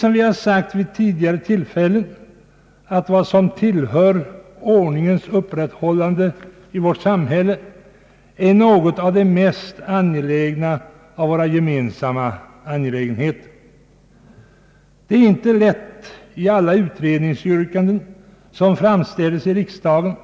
Som vi har sagt vid tidigare tillfällen är vad som tillhör ordningens upprätthållande i vårt samhälle något av det mest betydelsefulla av våra gemensamma angelägenheter. Det är inte lätt att i alla utredningsyrkanden som framställes i riksdagen Ang.